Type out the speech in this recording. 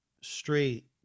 straight